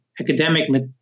academic